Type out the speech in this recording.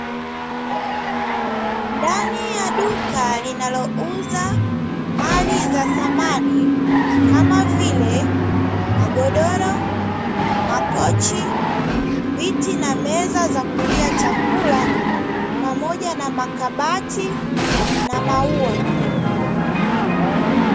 Ndani ya duka linalouza mali za samani kama vile magodoro, makochi, viti na meza za kulia chakula pamoja na makabati na maua.